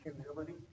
humility